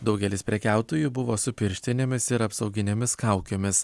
daugelis prekiautojų buvo su pirštinėmis ir apsauginėmis kaukėmis